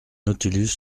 nautilus